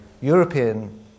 European